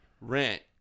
rent